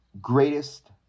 greatest